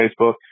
Facebook